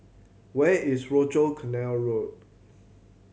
where is Rochor Canal Road